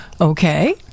Okay